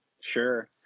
sure